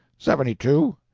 seventy-two.